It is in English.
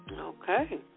Okay